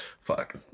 Fuck